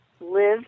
live